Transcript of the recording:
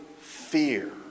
fear